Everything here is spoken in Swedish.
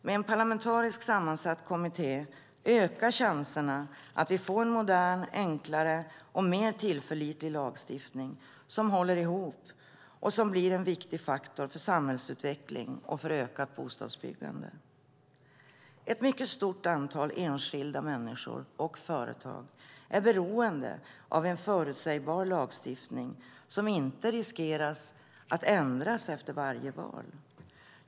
Med en parlamentariskt sammansatt kommitté ökar chanserna att vi får en modernare, enklare och mer tillförlitlig lagstiftning som håller ihop och som blir en viktig faktor för samhällsutveckling och ökat bostadsbyggande. Ett mycket stort antal enskilda människor och företag är beroende av en förutsägbar lagstiftning som inte riskerar att ändras efter varje val.